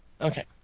Okay